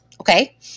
Okay